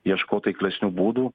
ieško taiklesnių būdų